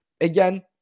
Again